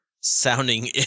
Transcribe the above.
sounding